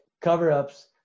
cover-ups